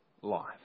life